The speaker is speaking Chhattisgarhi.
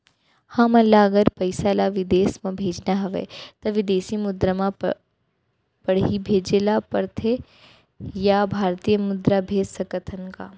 हमन ला अगर पइसा ला विदेश म भेजना हवय त विदेशी मुद्रा म पड़ही भेजे ला पड़थे या भारतीय मुद्रा भेज सकथन का?